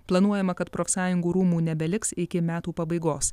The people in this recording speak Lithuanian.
planuojama kad profsąjungų rūmų nebeliks iki metų pabaigos